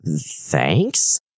Thanks